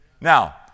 now